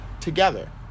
together